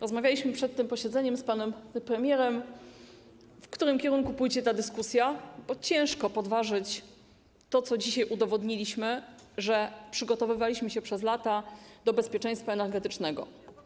Rozmawialiśmy przed tym posiedzeniem z panem premierem, w którym kierunku pójdzie ta dyskusja, bo ciężko podważyć to, co dzisiaj udowodniliśmy, że przygotowywaliśmy się przez lata do bezpieczeństwa energetycznego.